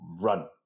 run